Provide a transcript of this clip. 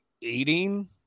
eating